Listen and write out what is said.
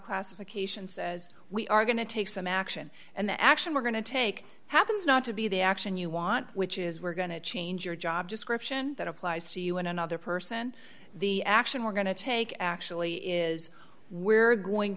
classification says we are going to take some action and the action we're going to take happens not to be the action you want which is we're going to change your job description that applies to you and another person the action we're going to take actually is where are going